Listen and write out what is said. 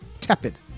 tepid